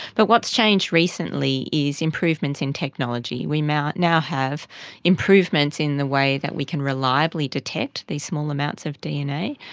but what's changed recently is improvement in technology. we now now have improvements in the way that we can reliably detect these small amounts of dna.